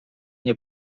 nie